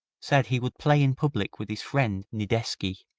said he would play in public with his friend nidecki,